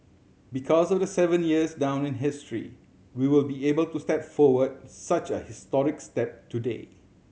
because of the seven years down in history we will be able to step forward such a historic step today